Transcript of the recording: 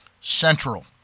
Central